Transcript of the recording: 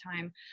time